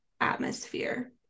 atmosphere